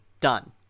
done